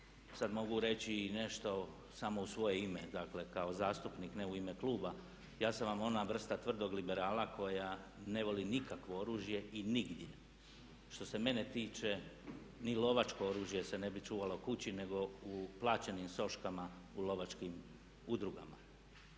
sada mogu reći i nešto samo u svoje ime, dakle kao zastupnik, ne u ime kluba. Ja sam vam ona vrsta tvrdog liberala koja ne voli nikakvo oružje i nigdje. Što se mene tiče ni lovačko oružje se ne bi čuvalo kući nego u plaćenim soškama u lovačkim udrugama.